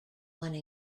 one